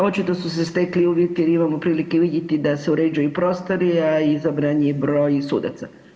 Očito su se stekli uvjeti jer imamo prilike vidjeti da se uređuje i prostor, a i izabran je i broj sudaca.